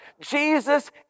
Jesus